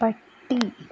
പട്ടി